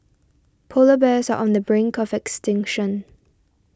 Polar Bears are on the brink of extinction